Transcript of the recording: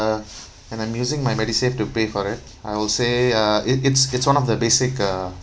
and I'm using my MediSave to pay for it I will say uh it it's it's one of the basic uh